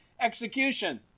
execution